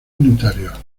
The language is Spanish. unitarios